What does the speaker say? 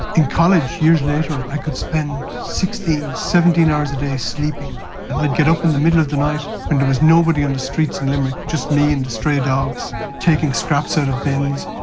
in college, years later, i could spend sixteen, seventeen hours a day sleeping and i'd get up in the middle of the night and there was nobody on the streets in limerick, just me and the stray dogs, taking scraps out of bins.